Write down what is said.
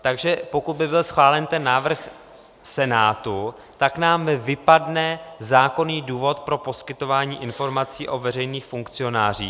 Takže pokud by byl schválen ten návrh Senátu, tak nám vypadne zákonný důvod pro poskytování informací o veřejných funkcionářích.